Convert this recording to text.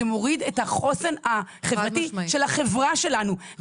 זה מוריד את החוסן החברתי של החברה שלנו.